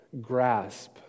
grasp